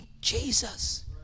Jesus